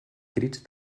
crits